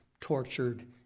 tortured